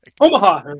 Omaha